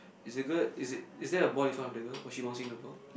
is the girl is it is there a boy in front of the girl or she bouncing the ball